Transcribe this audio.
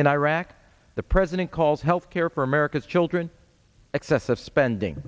in iraq the president calls health care for america's children excessive spending